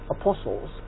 apostles